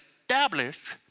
established